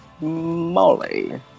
Molly